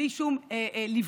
בלי שום ליווי,